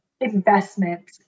investment